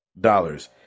dollars